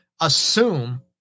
assume